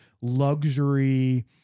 luxury